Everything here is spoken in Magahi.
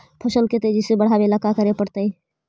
फसल के तेजी से बढ़ावेला का करे पड़तई?